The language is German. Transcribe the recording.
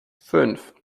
fünf